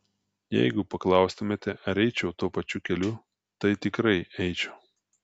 jeigu paklaustumėte ar eičiau tuo pačiu keliu tai tikrai eičiau